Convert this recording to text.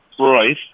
Right